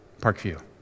Parkview